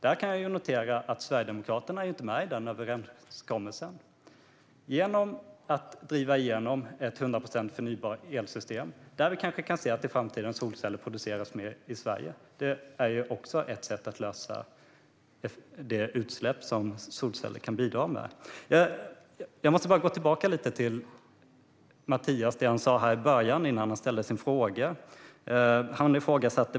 Jag kan notera att Sverigedemokraterna inte är med i överenskommelsen. Att driva igenom ett 100 procent förnybart elsystem, där vi i framtiden producerar mer solceller, är också ett sätt att lösa problemet med utsläppen från solceller. Jag måste gå tillbaka till vad Mattias sa innan han ställde sin fråga.